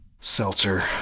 seltzer